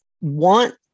want